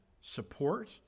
support